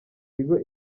tigo